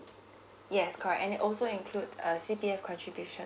yes correct and that also include uh C P F contribution